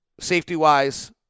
safety-wise